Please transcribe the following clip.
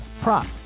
prop